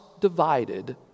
divided